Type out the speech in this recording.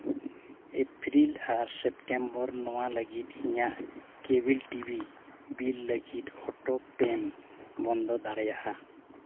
April ᱟᱨ September ᱱᱚᱣᱟ ᱞᱟᱹᱜᱤᱫ ᱤᱧᱟᱹᱜ ᱠᱮᱵᱮᱞ ᱴᱤᱵᱷᱤ ᱵᱤᱞ ᱞᱟᱹᱜᱤᱫ ᱚᱴᱳ ᱯᱮᱢ ᱵᱚᱱᱫᱚ ᱫᱟᱲᱮᱭᱟᱜᱼᱟ